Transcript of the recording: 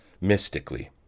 mystically